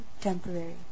temporary